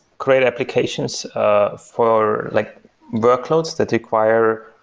great applications ah for like workloads that require,